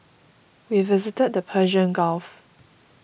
we visited the Persian Gulf